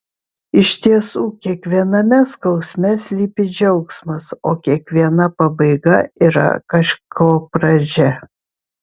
iš tiesų kiekviename skausme slypi džiaugsmas o kiekviena pabaiga yra kažko pradžia